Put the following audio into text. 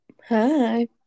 Hi